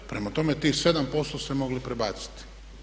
Prema tome tih 7% ste mogli prebaciti.